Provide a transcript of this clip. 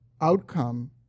outcome